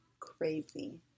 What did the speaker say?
Crazy